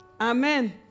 Amen